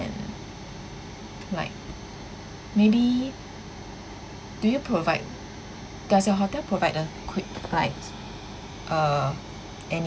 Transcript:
~nd like maybe do you provide does the hotel provide a quick like uh an~